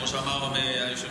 כמו שאמר היושב-ראש,